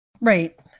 Right